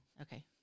Okay